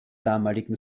damaligen